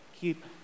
keep